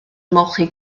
ymolchi